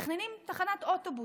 מתכננים תחנת אוטובוס,